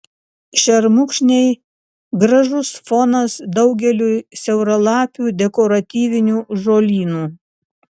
šermukšniai gražus fonas daugeliui siauralapių dekoratyvinių žolynų